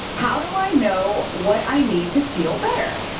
how do i know what i need to feel better?